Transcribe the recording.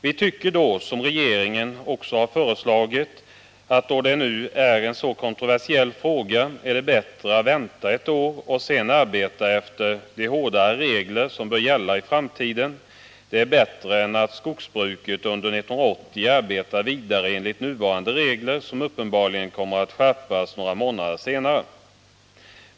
Vi tycker då, som regeringen också har föreslagit, att då det nu är en så kontroversiell fråga är det bättre att vänta ett år och sedan arbeta efter de hårdare regler som bör gälla i framtiden. Det är bättre än att skogsbruket under 1980 arbetar vidare enligt nuvarande regler, som uppenbarligen kommer att skärpas några månader senare.